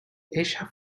ella